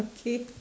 okay